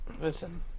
Listen